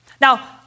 Now